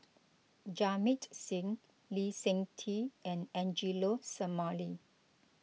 Jamit Singh Lee Seng Tee and Angelo Sanelli